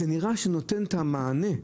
נראה שזה נותן את המענה.